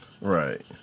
Right